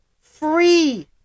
free